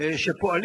שפועלים